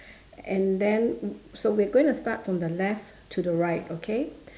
and then so we are going to start from the left to the right okay